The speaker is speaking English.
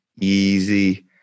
easy